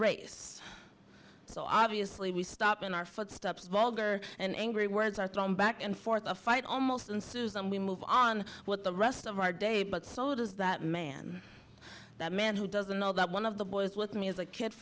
race so obviously we stop in our footsteps vulgar and angry words are thrown back and forth a fight almost and susan we move on what the rest of our day but so does that man that man who doesn't know that one of the boys with me is a kid